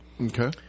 Okay